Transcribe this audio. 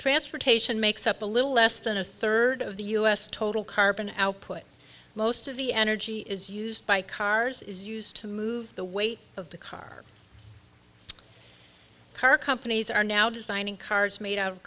transportation makes up a little less than a third of the u s total carbon output most of the energy is used by cars is used to move the weight of the car car companies are now designing cars made out of